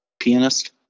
pianist